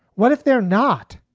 what if they're not?